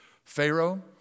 Pharaoh